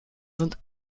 sind